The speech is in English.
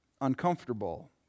uncomfortable